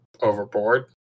overboard